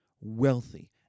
wealthy